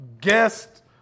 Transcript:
guest